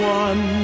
one